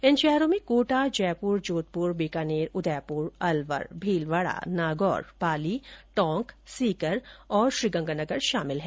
इन शहरों में कोटा जयपुर जोधपुर बीकानेर उदयपुर अलवर भीलवाड़ा नागौर पाली टोंक सीकर और गंगानगर शामिल है